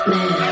Man